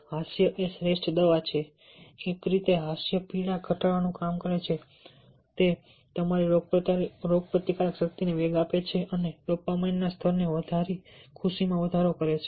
હાસ્ય એ શ્રેષ્ઠ દવા છે એક રીતે હાસ્ય પીડા ઘટાડવાનું કામ કરે છે તમારી રોગપ્રતિકારક શક્તિને વેગ આપે છે અને ડોપામાઇન્સના સ્તરને વધારીને ખુશીમાં વધારો કરે છે